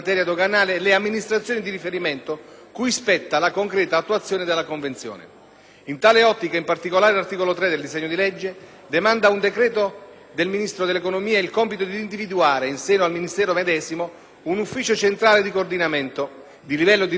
In tale ottica, in particolare, l'articolo 3 del disegno di legge demanda a un decreto del Ministro dell'economia il compito di individuare, in seno al Ministero medesimo, un ufficio centrale di coordinamento di livello dirigenziale non generale, e di stabilirne composizione, compiti e modalità di funzionamento.